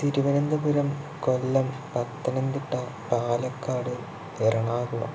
Thiruvananthapuram Kollam Pathanamthitta Palakkad Ernakulam